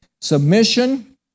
Submission